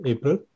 April